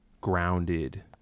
grounded